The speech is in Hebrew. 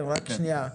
רק שנייה.